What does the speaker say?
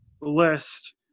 list